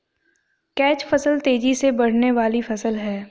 catch फसल तेजी से बढ़ने वाली फसल है